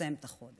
לסיים את החודש.